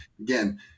again